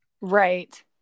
Right